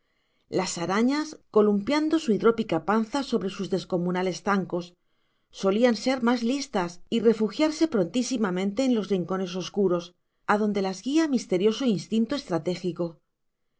las arañas columpiando su hidrópica panza sobre sus descomunales zancos solían ser más listas y refugiarse prontísimamente en los rincones oscuros a donde las guía misterioso instinto estratégico